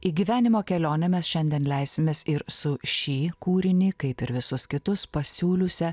į gyvenimo kelionę mes šiandien leisimės ir su šį kūrinį kaip ir visus kitus pasiūliusia